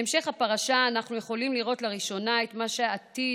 בהמשך הפרשה אנחנו יכולים לראות לראשונה את מה שעתיד